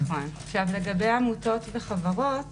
לגבי עמותות וחברות